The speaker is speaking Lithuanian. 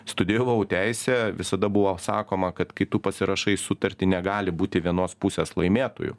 studijavau teisę visada buvo sakoma kad kai tu pasirašai sutartį negali būti vienos pusės laimėtojų